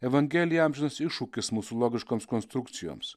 evangelija amžinas iššūkis mūsų logiškoms konstrukcijoms